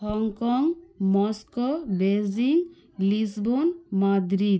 Hong Kong Moscow Beijing Lisbon Madrid